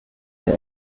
der